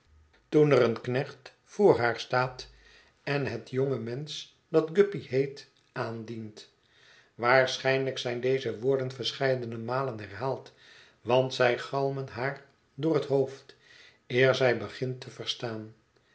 toen er een knecht voor haar staat en het jonge mensch dat guppy heet aandient waarschijnlijk zijn deze woorden verscheidene malen herhaald want zij galmen haar door het hoofd eer zij ze begint te verstaan